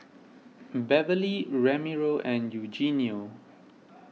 Beverly Ramiro and Eugenio